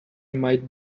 might